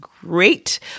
Great